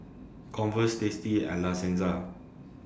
Converse tasty and La Senza